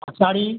और साड़ी